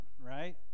right